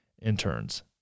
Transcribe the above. interns